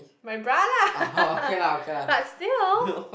my bra lah but still